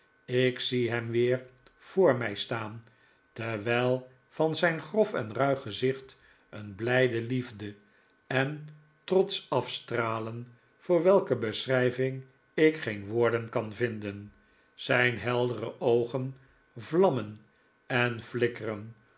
ik zie hem weer voor mij staan terwijl van zijn grof en ruig gezicht een blijde liefde en trots afstralen voor welker beschrijving ik geen woorden kan vinden zijn heldere oogen vlammen en flikkeren